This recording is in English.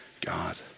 God